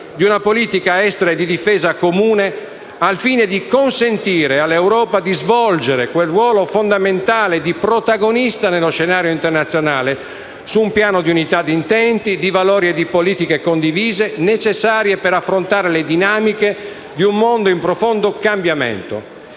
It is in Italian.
di una politica estera e di difesa comune, al fine di consentire all'Europa di svolgere quel ruolo fondamentale di protagonista nello scenario internazionale, su un piano di unità d'intenti, di valori e di politiche condivise, necessari per affrontare le dinamiche di un mondo in profondo cambiamento,